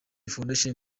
foundation